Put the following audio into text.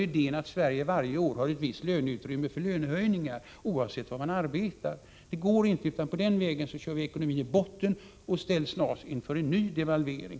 Idén att Sverige varje år har ett visst utrymme för lönehöjningar oavsett var man arbetar håller inte. På det sättet kör vi ekonomin i botten och ställs snart inför en ny devalvering.